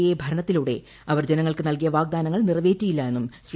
A ഭരണത്തിലൂടെ അവർ ജനങ്ങൾക്ക് നൽകിയ വാഗ്ദാനങ്ങൾ നിറവേറ്റിയില്ല എന്നും ശ്രീ